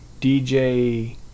DJ